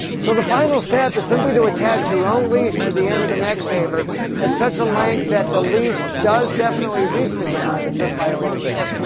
so the final step is simply to attach her own leash to the end of the neck saver at such a length that the leash does definitely reach the ground, but just by a little bit.